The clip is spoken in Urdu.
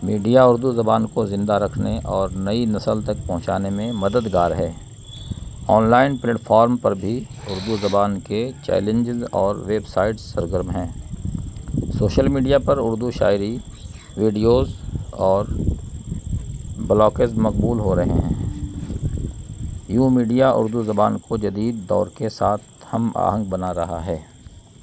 میڈیا اردو زبان کو زندہ رکھنے اور نئی نسل تک پہنچانے میں مددگار ہے آن لائن پلیٹفارم پر بھی اردو زبان کے چیلنجز اور ویب سائٹس سرگرم ہیں سوشل میڈیا پر اردو شاعری ویڈیوز اور بلاکز مقبول ہو رہے ہیں یو میڈیا اردو زبان کو جدید دور کے ساتھ ہم آہنگ بنا رہا ہے